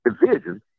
division